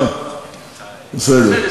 אה, בסדר.